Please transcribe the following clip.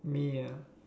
me ah